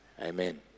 Amen